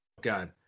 God